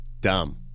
dumb